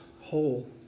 whole